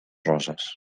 roses